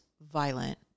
violent